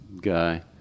guy